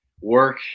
Work